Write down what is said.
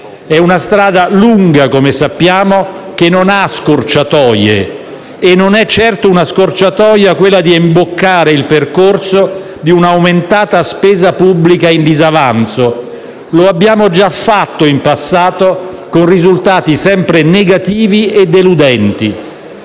È una strada lunga - come sappiamo - che non ha scorciatoie e non è certo una scorciatoia imboccare il percorso di una aumentata spesa pubblica in disavanzo. Lo abbiamo già fatto in passato, con risultati sempre negativi e deludenti.